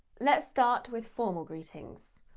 let's start with formal greetings.